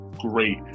Great